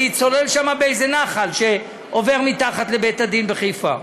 אני צולל שם באיזה נחל שעובר מתחת לבית-הדין בחיפה.